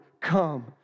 come